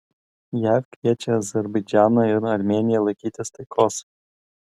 jav kviečia azerbaidžaną ir armėniją laikytis taikos